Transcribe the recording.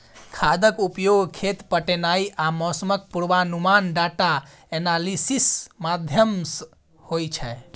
खादक उपयोग, खेत पटेनाइ आ मौसमक पूर्वानुमान डाटा एनालिसिस माध्यमसँ होइ छै